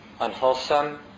unwholesome